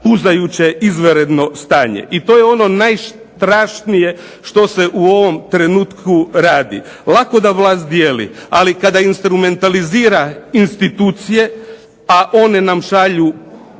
puzajuće izvanredno stanje. I to je ono najstrašnije što se u ovom trenutku radi. Lako da vlas dijeli, ali kada instrumentalizira institucije, a one nam šalju